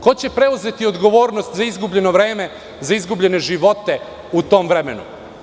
Ko će preuzeti odgovornost za izgubljeno vreme, za izgubljene živote u tom vremenu?